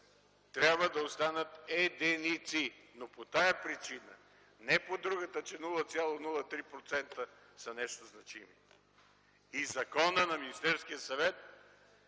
трябва да останат единици, но по тази причина, а не по другата, че 0,03% са нещо значимо. Законът на Министерския съвет